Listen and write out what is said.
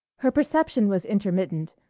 her perception was intermittent,